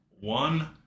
one